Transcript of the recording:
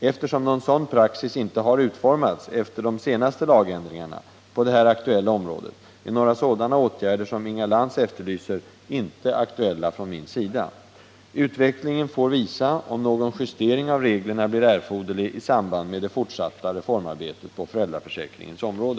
Eftersom någon sådan praxis inte har utformats efter de senaste lagändringarna på det här aktuella området är några sådana åtgärder som Inga Lantz efterlyser inte aktuella från min sida. Utvecklingen får visa om någon justering av reglerna blir erforderlig i samband med det fortsatta reformarbetet på föräldraförsäkringens område.